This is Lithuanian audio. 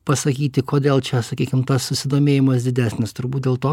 pasakyti kodėl čia sakykim tas susidomėjimas didesnis turbūt dėl to